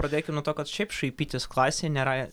pradėkim nuo to kad šiaip šaipytis klasėj nėra